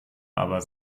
aber